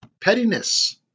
Pettiness